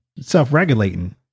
self-regulating